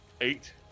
eight